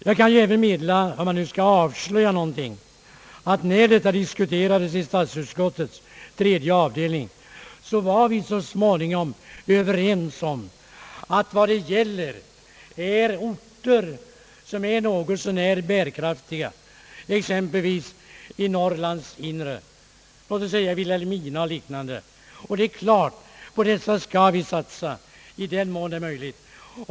Jag kan också meddela — om jag nu skall avslöja någonting — att när detta diskuterades i statsutskottets tredje avdelning blev vi så småningom överens om att det här måste gälla orter som är något så när bärkraftiga, exempelvis i inre Norrland, låt oss säga Vilhelmina, Åsele och liknande. Och det är klart: på dessa orter skall vi satsa i den mån det är möjligt.